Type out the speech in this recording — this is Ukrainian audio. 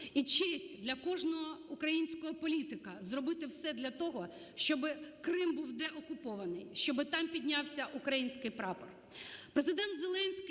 І честь для кожного українського політика зробити все для того, щоби Крим був деокупований, щоби там піднявся український прапор.